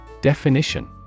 Definition